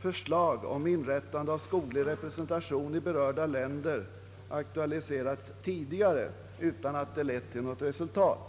förslag om inrättande av skoglig representation i berörda länder aktualiserats tidigare utan att det lett till något resultat.